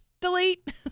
delete